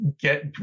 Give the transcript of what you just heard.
get